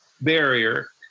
barrier